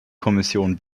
kommission